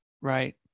right